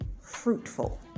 fruitful